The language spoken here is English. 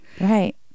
right